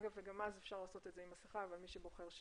אני מבקשת להישאר עם מסיכה על